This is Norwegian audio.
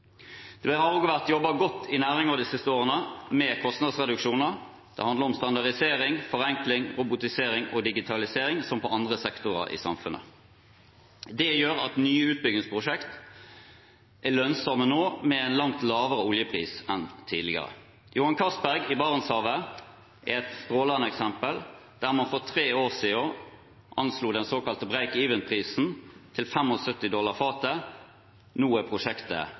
de siste årene vært jobbet godt i næringen med kostnadsreduksjoner. Det handler om standardisering, forenkling, robotisering og digitalisering – som for andre sektorer i samfunnet. Det gjør at nye utbyggingsprosjekter er lønnsomme nå, med en langt lavere oljepris enn tidligere. Johan Castberg i Barentshavet er et strålende eksempel, der man for tre år siden anslo den såkalte «break even»-prisen til 75 dollar fatet. Nå er prosjektet